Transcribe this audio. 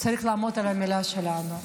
צריך לעמוד על המילה שלנו.